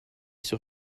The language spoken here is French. sur